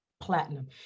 platinum